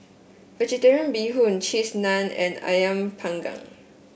vegetarian Bee Hoon Cheese Naan and ayam Panggang